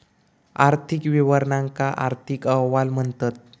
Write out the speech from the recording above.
आर्थिक विवरणांका आर्थिक अहवाल म्हणतत